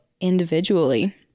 individually